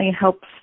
helps